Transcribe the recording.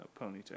ponytail